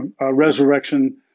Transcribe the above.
resurrection